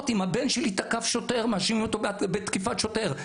אם הבן שלי תקף שוטר מאשימים אותו בתקיפת שוטר,